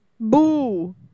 Boo